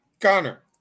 Connor